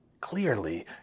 Clearly